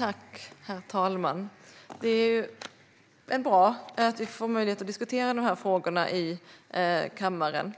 Herr talman! Det är bra att vi får möjlighet att diskutera dessa frågor i kammaren.